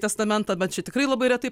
testamentą bet čia tikrai labai retai